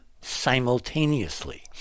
simultaneously